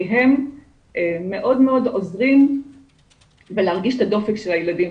כי הם מאוד מאוד עוזרים בלהרגיש את הדופק של הילדים,